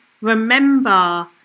remember